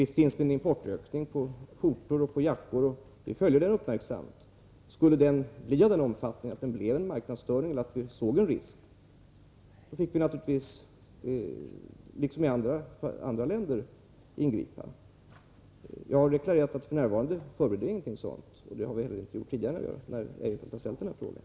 Visst har det skett en importökning av skjortor och jackor, och vi följer den uppmärksamt. Skulle importen bli av den omfattningen att den leder till en marknadsstörning eller om vi ser en risk får vi naturligtvis, liksom vi gör med andra länder, ingripa. Jag har deklarerat att vi f. n. inte förbereder någonting sådant. Det har vi inte heller gjort tidigare när Christer Eirefelt har ställt den här frågan.